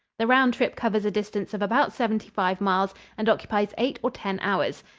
the round trip covers a distance of about seventy-five miles and occupies eight or ten hours.